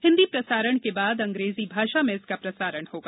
हिन्दी प्रसारण के बाद अंग्रेजी भाषा में इसका प्रसारण होगा